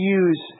use